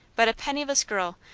but a penniless girl,